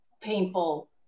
painful